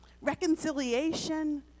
Reconciliation